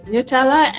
Nutella